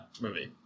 movie